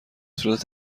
صورت